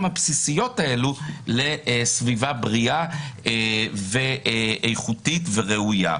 הבסיסיות האלה לסביבה בריאה ואיכותית וראויה.